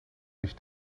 sich